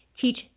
teach